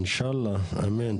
אינשאללה, אמן.